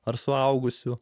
ar suaugusių